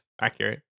accurate